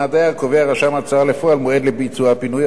הדייר קובע רשם ההוצאה לפועל מועד לביצוע הפינוי,